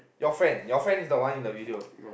your friend your friend is the one in the video